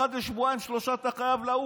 אחת לשבועיים-שלושה אתה חייב לעוף.